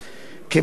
כמו כן,